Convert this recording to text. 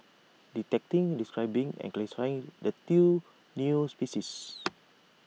detecting describing and classifying the two new species